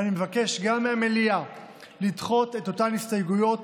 ואני מבקש גם מהמליאה לדחות את אותן הסתייגויות